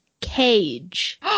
Cage